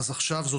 אז עכשיו זו